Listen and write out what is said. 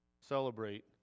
celebrate